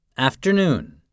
Afternoon